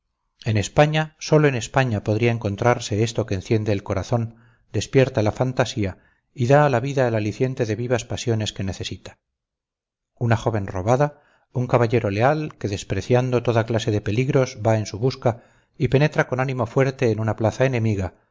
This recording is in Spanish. en españa sólo en españa podría encontrarse esto que enciende el corazón despierta la fantasía y da a la vida el aliciente de vivas pasiones que necesita una joven robada un caballero leal que despreciando toda clase de peligros va en su busca y penetra con ánimo fuerte en una plaza enemiga